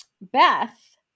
Beth